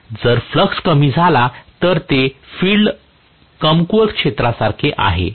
जर फ्लक्स कमी झाला तर ते फील्ड कमकुवत क्षेत्रासारखे आहे